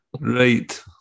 Right